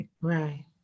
Right